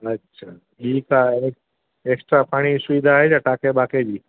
अच्छा ठीकु आहे ऐक ऐक्सट्रा पाणी जी सुविधा आहे छा टाके बाके जी